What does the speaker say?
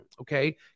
okay